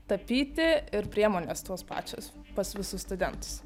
tapyti ir priemonės tos pačios pas visus studentus